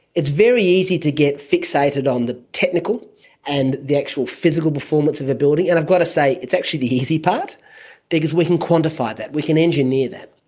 it's very easy to get fixated on the technical and the actual physical performance of and i've got to say it's actually the easy part because we can quantify that, we can engineer that.